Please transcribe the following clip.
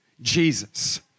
Jesus